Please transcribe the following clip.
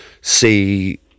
see